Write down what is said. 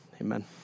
amen